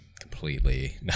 completely